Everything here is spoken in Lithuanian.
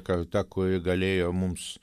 karta kuri galėjo mums